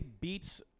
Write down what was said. beats